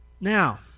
Now